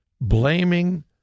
blaming